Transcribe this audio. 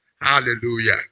Hallelujah